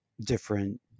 different